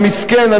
המסכן,